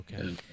Okay